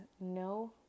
no